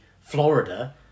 Florida